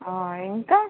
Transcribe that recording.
ఇంకా